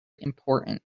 importance